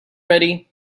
ready